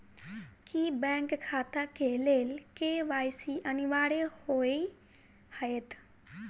की bank खाता केँ लेल के.वाई.सी अनिवार्य होइ हएत?